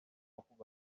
خوب